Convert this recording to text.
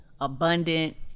abundant